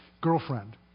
girlfriend